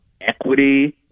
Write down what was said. equity